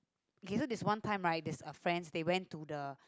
okay so there's one time right there's a friends they went to the